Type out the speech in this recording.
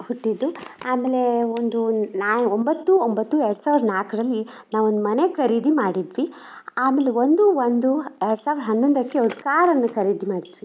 ಹುಟ್ಟಿದ್ದು ಆಮೇಲೇ ಒಂದು ನಾಯ್ ಒಂಬತ್ತು ಒಂಬತ್ತು ಎರಡು ಸಾವಿರ ನಾಲ್ಕರಲ್ಲಿ ನಾವು ಒಂದು ಮನೆ ಖರೀದಿ ಮಾಡಿದ್ವಿ ಆಮೇಲೆ ಒಂದು ಒಂದು ಹ್ ಎರಡು ಸಾವಿರ ಹನ್ನೊಂದಕ್ಕೆ ಒಂದು ಕಾರನ್ನು ಖರೀದಿ ಮಾಡಿದ್ವಿ